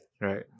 Right